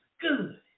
good